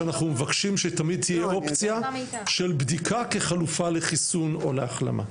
שאנחנו מבקשים שתמיד תהיה אופציה של בדיקה כחלופה לחיסון או להחלמה.